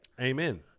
Amen